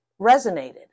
resonated